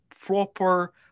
proper